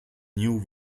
new